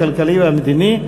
הכלכלי והמדיני,